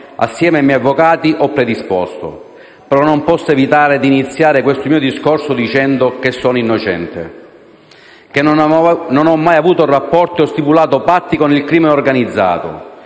insieme ai miei avvocati. Non posso evitare di iniziare questo mio intervento dicendo che sono innocente, che non ho mai avuto rapporti o stipulato patti con il crimine organizzato,